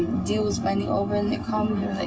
deal was finally over, and they called me,